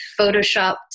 photoshopped